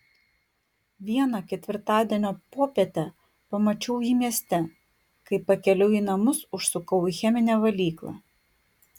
vieną ketvirtadienio popietę pamačiau jį mieste kai pakeliui į namus užsukau į cheminę valyklą